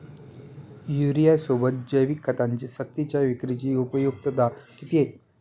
युरियासोबत जैविक खतांची सक्तीच्या विक्रीची उपयुक्तता किती?